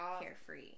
carefree